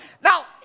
Now